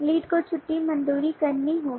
lead को छुट्टी मंजूर करनी होगी